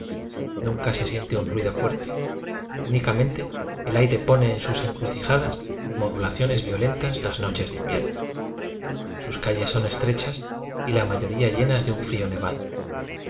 nunca se siente un ruido fuerte únicamente el aire pone en sus en crucijadas modulaciones violentas las no ches de invierno sus calles son estrechas y la mayoría llenas de un frío nevado